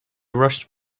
rushed